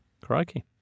Crikey